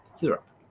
Europe